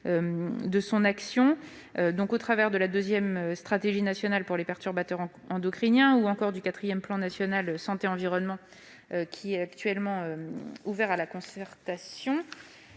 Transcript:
de son action, au travers de la deuxième stratégie nationale pour les perturbateurs endocriniens ou encore du quatrième plan national santé-environnement actuellement ouvert à la concertation.